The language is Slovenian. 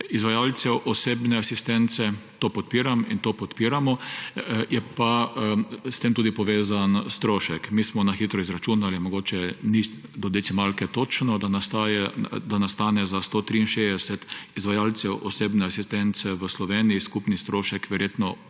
izvajalcev osebne asistence. To podpiram in to podpiramo. Je pa s tem tudi povezan strošek. Mi smo na hitro izračunali, mogoče ni do decimalke točno, da nastane za 163 izvajalcev osebne asistence v Sloveniji skupni strošek verjetno